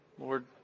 Lord